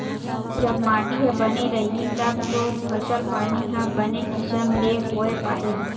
जब माटी ह बने रइही तब तो फसल पानी ह बने किसम ले होय पाही